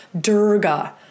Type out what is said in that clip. Durga